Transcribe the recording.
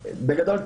בגדול,